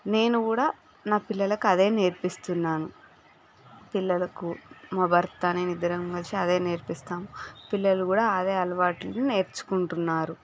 నేను కూడా నా పిల్లలకు అదే నేర్పిస్తున్నాను పిల్లలకు మా భర్త నేను ఇద్దరం కలిసి అదే నేర్పిస్తాము పిల్లలు కూడా అదే అలావాట్లును నేర్చుకుంటున్నారు